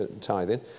tithing